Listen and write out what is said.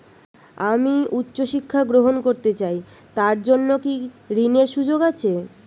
আমি উচ্চ শিক্ষা গ্রহণ করতে চাই তার জন্য কি ঋনের সুযোগ আছে?